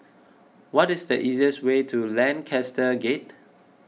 what is the easiest way to Lancaster Gate